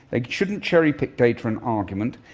they shouldn't cherry-pick data and argument.